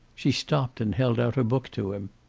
she stopped and held out her book to him.